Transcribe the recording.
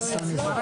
ננעלה